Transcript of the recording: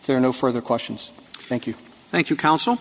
are no further questions thank you thank you counsel